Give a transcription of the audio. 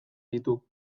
ditu